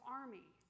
army